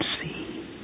see